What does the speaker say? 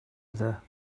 other